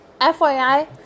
FYI